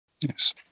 Yes